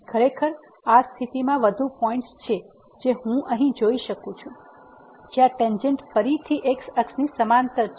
ખરેખર આ સ્થિતિમાં વધુ પોઇન્ટ્સ છે જે હું અહીં જોઈ શકું છું જ્યાં ટેન્જેન્ટ ફરીથી x અક્ષની સમાંતર છે